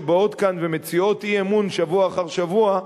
שבאו כאן ומציעות אי-אמון שבוע אחר שבוע,